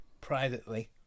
privately